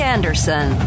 Anderson